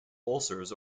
ulcers